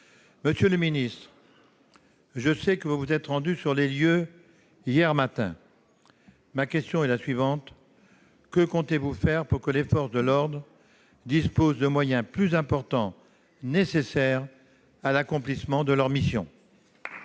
Monsieur le ministre de l'intérieur, je sais que vous vous êtes rendu sur les lieux hier matin. Que comptez-vous faire pour que les forces de l'ordre disposent de moyens plus importants, nécessaires à l'accomplissement de leur mission